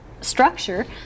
structure